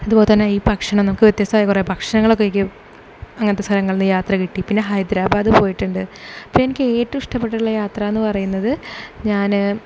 അതുപോലെ തന്നെ ഈ ഭക്ഷണം നമുക്ക് വ്യത്യസ്തമായ കുറേ ഭക്ഷണങ്ങളൊക്കെ കഴിക്ക് അങ്ങനത്തെ സ്ഥലങ്ങളിൽ നിന്ന് യാത്ര കിട്ടി പിന്നെ ഹൈദരാബാദ് പോയിട്ടുണ്ട് പിന്നെ എനിക്ക് ഏറ്റവും ഇഷ്ടപ്പെട്ടിട്ടുള്ള യാത്ര എന്ന് പറയുന്നത് ഞാന്